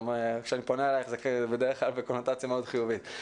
כשאני פונה אלייך זה בדרך כלל בקונוטציה מאוד חיובית.